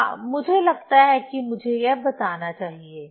हां मुझे लगता है कि मुझे यह बताना चाहिए